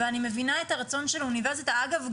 אני מבינה את הרצון של האוניברסיטה אגב,